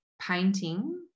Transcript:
painting